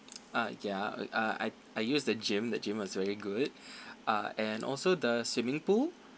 ah ya uh I I use the gym the gym was very good ah and also the swimming pool